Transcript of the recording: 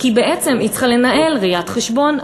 כי בעצם היא צריכה לנהל ראיית חשבון,